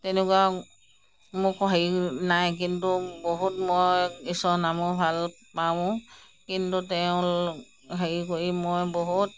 তেনেকুৱা মোকো হেৰি নাই কিন্তু বহুত মই ঈশ্বৰৰ নামো ভালপাওঁ কিন্তু তেওঁ হেৰি কৰি মই বহুত